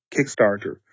Kickstarter